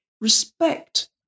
Respect